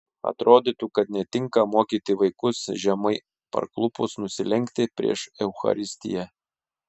atrodytų kad netinka mokyti vaikus žemai parklupus nusilenkti prieš eucharistiją